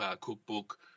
cookbook